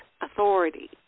Authority